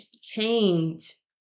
change